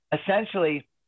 essentially